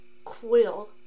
Quill